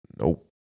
nope